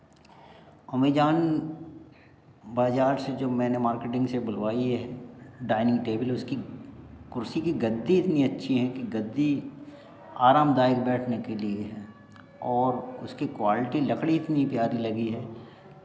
Amazon बाज़ार से जो मैंने मार्केटिंग से बुलवाई है डाइनिंग टेबल उसकी कुर्सी की गद्दे इतनी अच्छी हैं की गद्दी आराम दायक बैठने के लिए है और उसकी क्वालिटी लकड़ी इतनी प्यारी लगी है